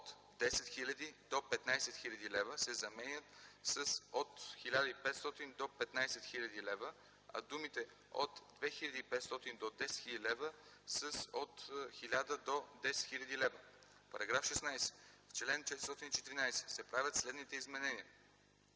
„от 10 000 до 15 000 лв.” се заменят с „от 1500 до 15 000 лв.”, а думите „от 2500 до 10 000 лв.” – с „от 1000 до 10 000 лв.”. § 16. В чл. 414 се правят следните изменения: